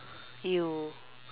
you